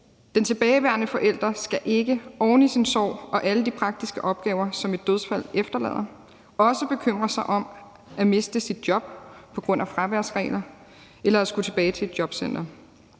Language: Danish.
Den tilbageværende forælder skal ikke oven i sin sorg og alle de praktiske opgaver, som et dødsfald efterlader, også bekymre sig om at miste sit job på grund af fraværsregler eller at skulle tilbage til et jobcenter.